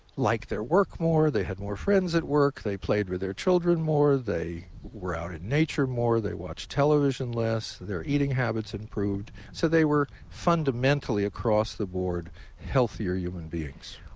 like their work more. they had more friends at work. they played with their children more. they were out in nature more. they watched television less. their eating habits improved. so they were fundamentally across the board healthier human beings.